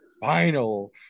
final